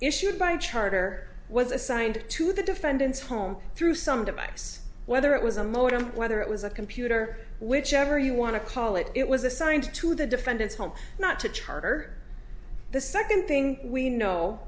issued by charter was assigned to the defendant's home through some device whether it was a modem whether it was a computer whichever you want to call it it was assigned to the defendant's home not to charge or the second thing we know